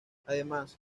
además